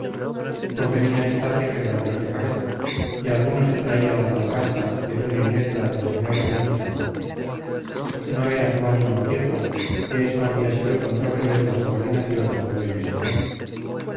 convenía evitarle quebraderos de cabeza y alguno se traía la tal carta de puño y letra del señor de mendizábal no era su ánimo abrirla que esto habría sido contravenir la subordinación a su dueño y señor